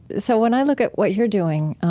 so when i look at what you're doing,